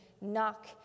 Knock